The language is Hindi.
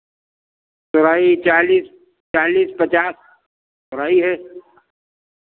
तो भाई चालीस चालीस पचास तोरई है